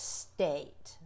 state